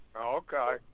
Okay